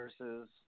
versus